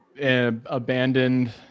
Abandoned